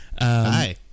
Hi